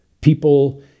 people